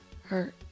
hurt